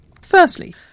Firstly